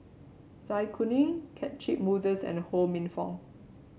Zai Kuning Catchick Moses and Ho Minfong